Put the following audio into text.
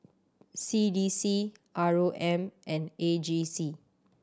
C D C R O M and A G C